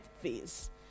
phase